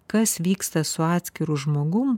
kas vyksta su atskiru žmogum